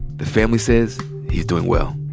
the family says he's doing well.